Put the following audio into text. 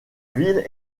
ville